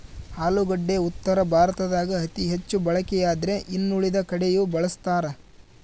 ಆಲೂಗಡ್ಡಿ ಉತ್ತರ ಭಾರತದಾಗ ಅತಿ ಹೆಚ್ಚು ಬಳಕೆಯಾದ್ರೆ ಇನ್ನುಳಿದ ಕಡೆಯೂ ಬಳಸ್ತಾರ